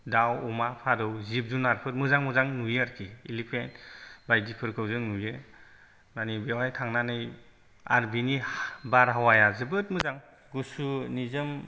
दाउ अमा फारौ जिब जुनारफोर मोजां मोजां नुयो आर्खि इलिफेन्ट बायदिफोरखौ जों नुयो मानि बेवहाय थांनानै आर बिनि बार हावाया जोबोत मोजां गुसु निजोम